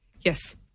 Yes